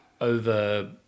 over